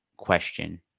Question